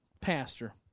pastor